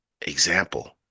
example